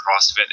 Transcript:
crossfit